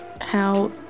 how-